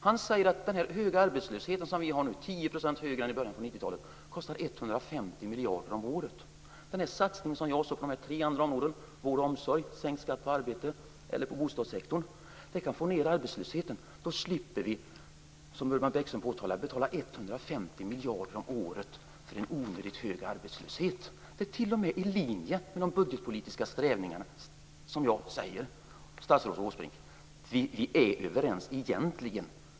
Han säger att den höga arbetslöshet som vi har nu - den är 10 % högre än i början av 90-talet - kostar 150 miljarder om året. Den satsning som jag talade om på tre områden - vård och omsorg, sänkt skatt på arbete och på bostadssektorn - kan få ned arbetslösheten något. När vi tar bort den slipper vi betala 150 miljarder om året för en hög arbetslöshet, som Urban Bäckström påtalat. Det är t.o.m. i linje med de budgetpolitiska strävandena. Vi är egentligen överens, statsrådet Åsbrink.